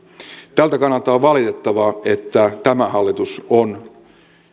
tältä kannalta on valitettavaa että tämä hallitus on